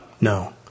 no